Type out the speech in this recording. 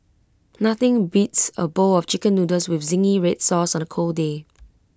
nothing beats A bowl of Chicken Noodles with Zingy Red Sauce on A cold day